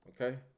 Okay